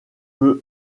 peut